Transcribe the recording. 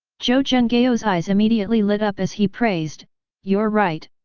zhou zhenghao's eyes immediately lit up as he praised you're right,